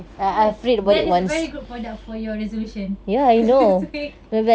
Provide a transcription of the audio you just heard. yes that is very good product for your resolution to lose weight